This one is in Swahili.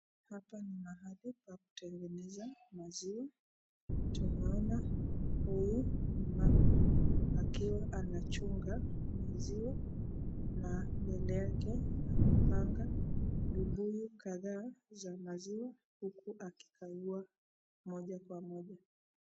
Hapa ni mahali pa kutengeneza maziwa, tunaona huyu mama akiwa anachunga maziwa na mbele yake amepanga vibuyu kadhaa za maziwa uku akikagua moja kwa moja.